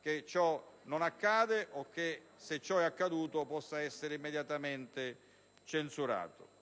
che ciò non accadrà o, nel caso sia già accaduto, che verrà immediatamente censurato.